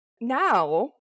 now